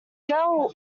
girl